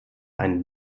ein